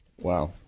Wow